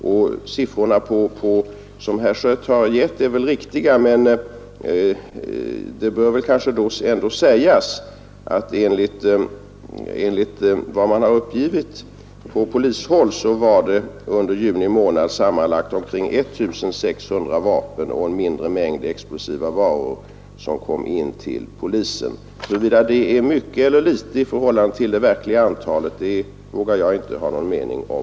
De siffror som herr Schött här angivit är nog riktiga, men det bör då ändå sägas att enligt vad som uppgivits från polishåll var det under juni sammanlagt omkring 1 600 vapen och en mindre mängd explosiva varor som kom in till polisen. Huruvida det är mycket eller litet i förhållande till det verkliga antalet vågar jag inte ha någon mening om.